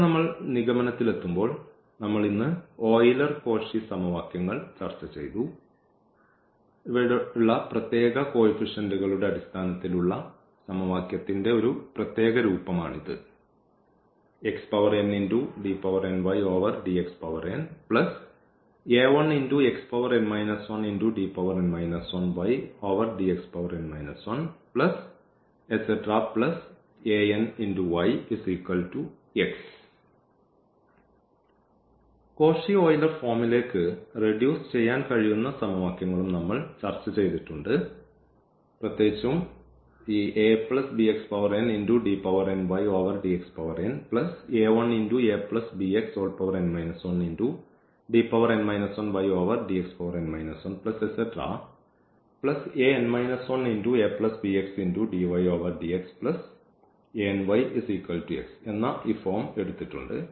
ഇവിടെ നിഗമനത്തിലെത്തുമ്പോൾ നമ്മൾ ഇന്ന് ഓയിലർ കോഷി സമവാക്യങ്ങൾ ചർച്ച ചെയ്തു ഇവിടെയുള്ള പ്രത്യേക അ കോയിഫിഷന്റുകളുടെ അടിസ്ഥാനത്തിൽ ഉള്ള സമവാക്യത്തിന്റെ ഒരു പ്രത്യേക രൂപമാണിത് കോഷി ഓയിലർ ഫോമിലേക്ക് റെഡ്യൂസ് ചെയ്യാൻ കഴിയുന്ന സമവാക്യങ്ങളും നമ്മൾ ചർച്ച ചെയ്തിട്ടുണ്ട് പ്രത്യേകിച്ചും ഈ എന്ന ഈ ഫോം എടുത്തിട്ടുണ്ട്